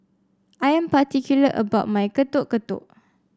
I am particular about my Getuk Getuk